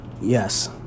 Yes